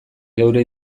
geure